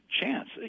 chance